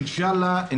אינשאללה.